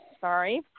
Sorry